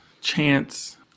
Chance